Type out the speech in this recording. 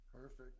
Perfect